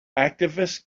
activists